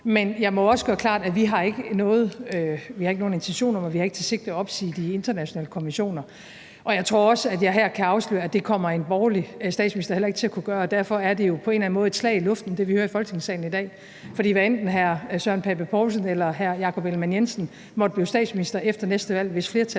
Men jeg må også gøre klart, at vi ikke har nogen intention og hensigt om at opsige de internationale konventioner. Og jeg tror også, at jeg her kan afsløre, at det kommer en borgerlig statsminister heller ikke til at kunne gøre, og derfor er det jo på en eller anden måde et slag i luften, hvad vi hører i Folketingssalen i dag. For hvad enten hr. Søren Pape Poulsen eller hr. Jakob Ellemann-Jensen måtte blive statsminister efter næste valg, hvis flertallet